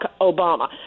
Obama